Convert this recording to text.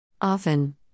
Often